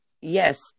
Yes